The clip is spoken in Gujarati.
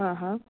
અ હ